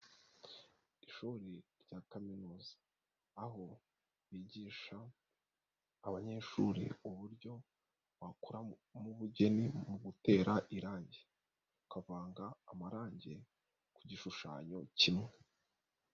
Ishuri rya kaminuza aho bigisha abanyeshuri uburyo wakoramo ubugeni mu gutera irangi, ukavanga amarangi ku gishushanyo kimwe.